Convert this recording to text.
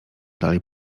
dalej